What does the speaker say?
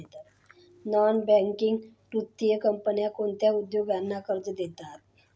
Non banking वित्तीय कंपन्या कोणत्या उद्योगांना कर्ज देतात?